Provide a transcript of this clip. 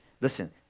Listen